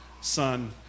son